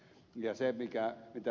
ja se mitä ed